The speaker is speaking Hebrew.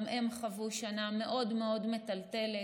וגם הם חוו שנה מאוד מאוד מטלטלת,